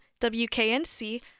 WKNC